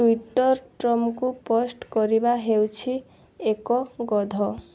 Twitter ଟ୍ରମ୍ପକୁ post କରିବା ହେଉଛି ଏକ ଗଧ